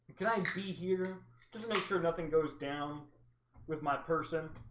can i be here just make sure nothing goes down with my person,